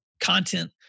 content